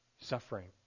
suffering